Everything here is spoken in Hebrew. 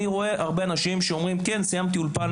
אני רואה הרבה אנשים שאומרים: סיימתי אולפן